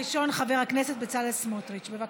המציע הראשון, חבר הכנסת בצלאל סמוטריץ, בבקשה.